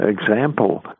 example